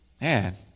man